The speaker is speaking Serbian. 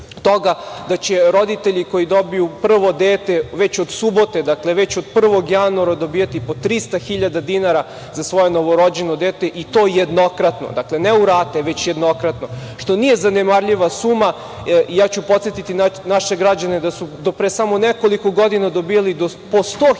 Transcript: da će roditelji koji dobiju prvo dete, već od subote, dakle već od 1. januara dobijati po 300.000 dinara za svoje novorođene dete i to jednokratno. Dakle, ne u rate, već jednokratno, što nije zanemarljiva suma. Ja ću podsetiti naše građane da su do pre samo nekoliko godina dobijali po 100.000 dinara